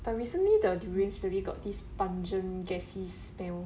but recently the durians really got this pungent gassy smell